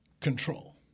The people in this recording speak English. Control